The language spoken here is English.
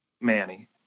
Manny